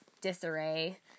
disarray